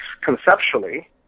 conceptually